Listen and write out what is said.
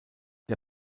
der